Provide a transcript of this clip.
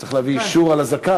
שצריך להביא אישור על הזקן.